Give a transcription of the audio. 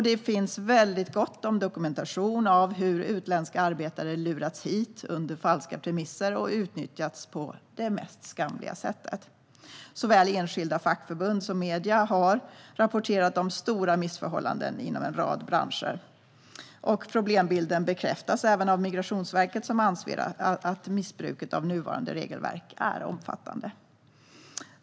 Det finns gott om dokumentation av hur utländska arbetare lurats hit under falska premisser och utnyttjats på det mest skamliga sätt. Såväl enskilda fackförbund som medier har rapporterat om stora missförhållanden inom en rad branscher. Problembilden bekräftas även av Migrationsverket, som anser att missbruket av nuvarande regelverk är omfattande.